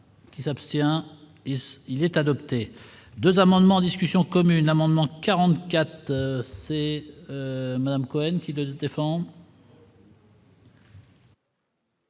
Qui s'abstient, s'il est adopté 2 amendements, discussions communes amendement 44, c'est M. Cohen, qui le défend.